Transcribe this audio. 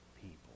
people